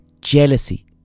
Jealousy